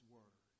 Word